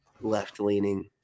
left-leaning